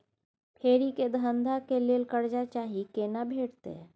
फेरी के धंधा के लेल कर्जा चाही केना भेटतै?